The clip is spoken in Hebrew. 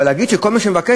אבל להגיד שכל מי שמבקש?